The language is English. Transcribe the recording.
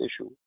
issue